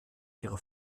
ihre